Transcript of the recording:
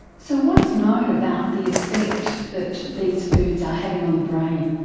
so what is known about the effect that these foods are having on the brain?